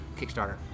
Kickstarter